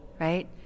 right